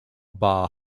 bar